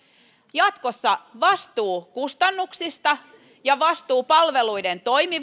jatkossa vastuu kustannuksista ja vastuu palveluiden toimivuudesta